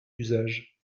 usage